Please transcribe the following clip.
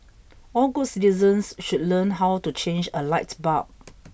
all good citizens should learn how to change a light bulb